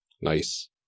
Nice